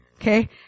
Okay